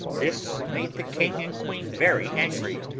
this made the king and queen very angry,